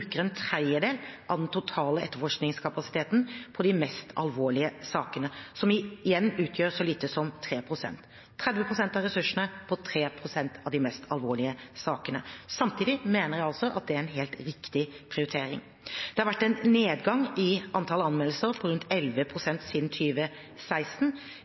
en tredjedel av den totale etterforskningskapasiteten på de mest alvorlige sakene, som igjen utgjør så lite som 3 pst. – altså 30 pst. av ressursene på 3 pst. av de mest alvorlige sakene. Samtidig mener jeg altså at det er en helt riktig prioritering. Det har vært en nedgang i antall anmeldelser på rundt